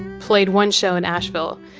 played one show in asheville.